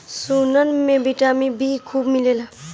सुरन में vitamin B खूब मिलेला